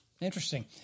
Interesting